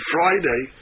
Friday